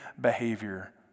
behavior